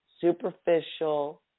superficial